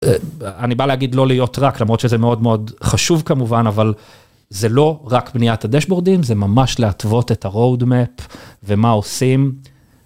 אני בא להגיד לא להיות רק, למרות שזה מאוד מאוד חשוב כמובן, אבל זה לא רק בניית הדשבורדים, זה ממש להתוות את ה-Roadmap ומה עושים.